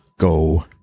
Go